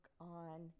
on